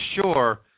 sure